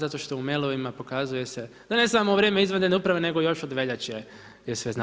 Zato što u mailovima pokazuje se da ne samo u vrijeme izvanredne uprave nego još od veljače je sve znala.